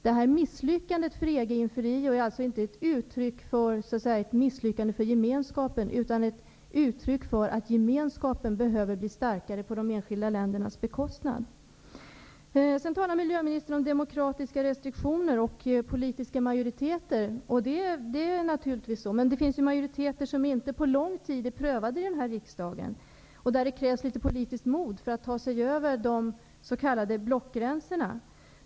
Detta misslyckande för EG inför Rio är inte ett uttryck för ett misslyckande för Gemenskapen, utan ett uttryck för att Gemenskapen behöver bli starkare på de enskilda ländernas bekostnad. Sedan talar miljöministern om demokratiska restriktioner och politiska majoriteter. Det finns ju majoriteter som inte är prövade i den här riksdagen på länge. Det krävs litet politiskt mod för att ta sig över de s.k. blockgränserna.